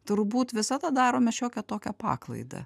turbūt visada darome šiokią tokią paklaidą